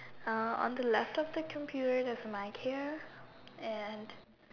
uh on the left of the computer there's a mic here and